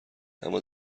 اما